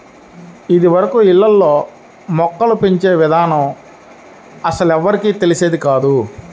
ఇదివరకు ఇళ్ళల్లో మొక్కలు పెంచే ఇదానం అస్సలెవ్వరికీ తెలిసేది కాదు